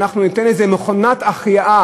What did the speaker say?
אנחנו ניתן לזה מכונת החייאה.